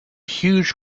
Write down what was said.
huge